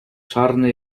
czarny